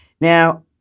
now